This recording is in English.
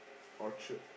Orchard